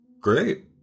Great